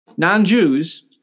non-Jews